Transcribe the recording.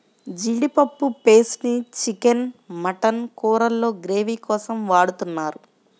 జీడిపప్పు పేస్ట్ ని chicken, mutton కూరల్లో గ్రేవీ కోసం వాడుతున్నారు